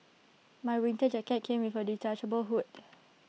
my winter jacket came with A detachable hood